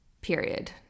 period